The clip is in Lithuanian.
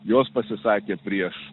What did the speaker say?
jos pasisakė prieš